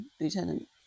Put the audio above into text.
Lieutenant